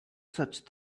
such